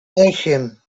osiem